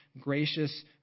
gracious